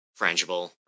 frangible